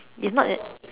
it's not a